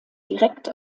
direkt